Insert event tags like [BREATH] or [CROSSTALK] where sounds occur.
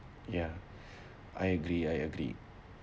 ya [BREATH] I agree I agree